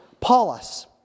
Paulus